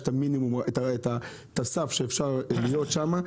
יש לה את המינימום ואת הסף שאפשר להיות שם.